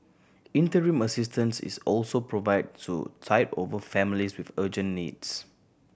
interim assistance is also provided to tide over families with urgent needs